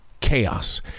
chaos